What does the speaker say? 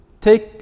take